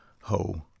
ho